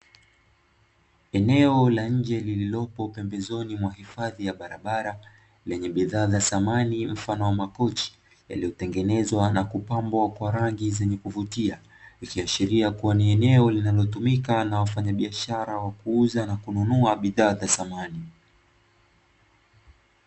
Eneo la nje lililopo pembezoni mwa hifadhi ya barabara, lenye bidhaa za samani mfano wa makochi, yaliyotengenezwa na kupambwa kwa rangi zenye kuvutia , ikiashiria kuwa ni eneo linalotumika na wafanya biashara wa kuuza na kununua bidhaa za samani.